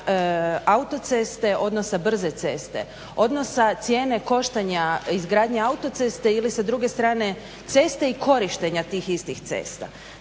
odnosa autoceste, odnosa brze ceste, odnosa cijena koštanja izgradnje autoceste ili sa druge strane ceste i korištenja tih istih cesta.